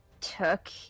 took